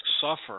suffer